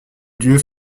lieu